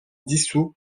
dissous